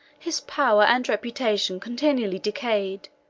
his power and reputation continually decayed,